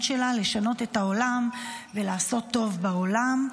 שלה לשנות את העולם ולעשות טוב בעולם.